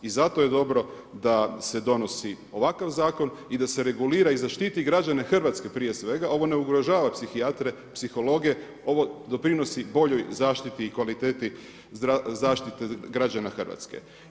I zato je dobro da se donosi ovakav zakon i da se regulira i zaštiti građane Hrvatske prije svega, ovo ne ugrožava psihijatra, psihologe, ovo doprinosi, boljoj zaštiti i kvaliteti zaštite građana Hrvatske.